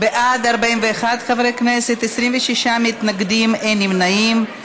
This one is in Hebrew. בעד, 41 חברי כנסת, 26 מתנגדים, אין נמנעים.